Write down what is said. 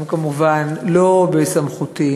הם כמובן לא בסמכותי